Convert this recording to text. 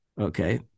okay